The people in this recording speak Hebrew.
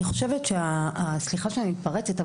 סליחה שאני מתפרצת,